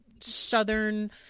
southern